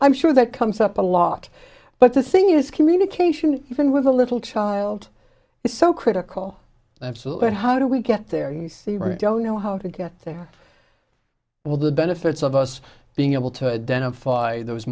i'm sure that comes up a lot but the thing is communication even with a little child is so critical absolutely how do we get there you see right don't know how to get there at all the benefits of us being able to identify those